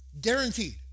guaranteed